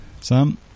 Sam